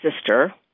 sister